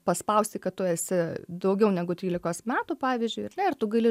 paspausti kad tu esi daugiau negu trylikos metų pavyzdžiui ar ne ir tu gali